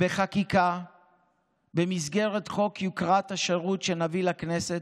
בחקיקה במסגרת חוק יוקרת השירות שנביא לכנסת,